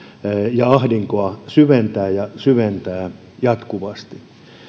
ja ahdinkoa syventää ja syventää jatkuvasti